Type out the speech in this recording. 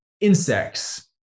insects